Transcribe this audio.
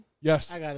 Yes